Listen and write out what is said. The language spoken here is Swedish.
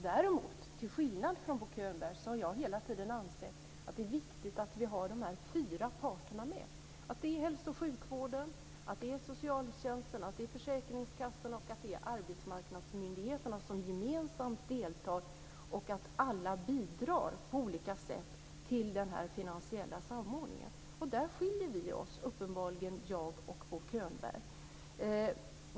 Däremot har jag, till skillnad från Bo Könberg, hela tiden ansett att det är viktigt att vi har de fyra parterna med, dvs. att det är hälso och sjukvården, socialtjänsten, försäkringskassorna och arbetsmarknadsmyndigheterna som gemensamt deltar och att alla bidrar på olika sätt till den här finansiella samordningen. Där skiljer jag och Bo Könberg oss uppenbarligen åt.